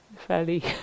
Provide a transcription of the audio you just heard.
fairly